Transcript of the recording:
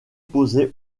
posée